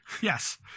yes